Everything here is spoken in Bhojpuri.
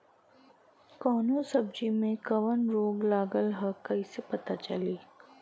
कौनो सब्ज़ी में कवन रोग लागल ह कईसे पता चली?